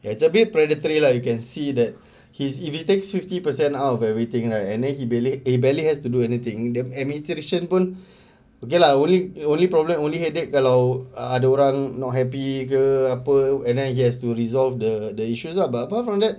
it's a bit predatory lah you can see that he is if it takes fifty percent out of everything right and then he barely barely has to do anything then administration pun okay lah only only problem only headache kalau ada orang not happy ke apa-apa and then he has to resolve the issues ah but apart from that